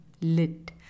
Lit